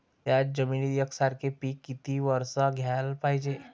थ्याच जमिनीत यकसारखे पिकं किती वरसं घ्याले पायजे?